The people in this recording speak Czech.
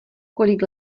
kolik